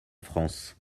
france